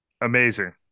amazing